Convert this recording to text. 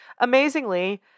Amazingly